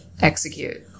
execute